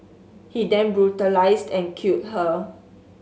he then brutalised and killed her